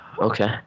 Okay